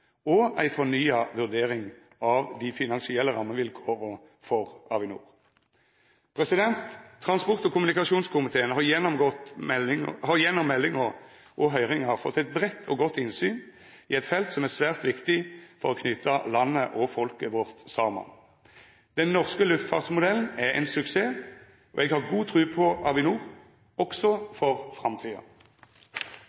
og ei fornya vurdering av dei finansielle rammevilkåra for Avinor. Transport- og kommunikasjonskomiteen har gjennom meldinga og høyringar fått eit breitt og godt innsyn i eit felt som er svært viktig for å knyta landet og folket vårt saman. Den norske luftfartsmodellen er ein suksess, og eg har god tru på Avinor – også